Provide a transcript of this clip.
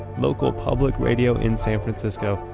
local public radio in san francisco,